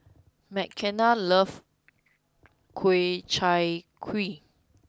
Mckenna loves Ku Chai Kuih